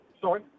Sorry